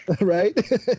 right